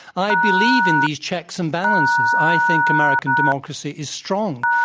i believe in these checks and balances. i think american democracy is strong.